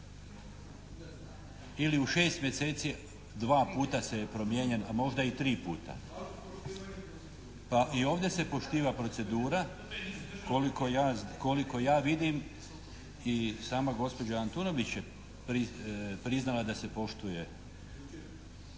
ili u 6 mjeseci 2 puta je promijenjen a možda i 3 puta. Pa i ovdje se poštiva procedura koliko ja vidim i sama gospođa Antunović je priznala da se poštuje.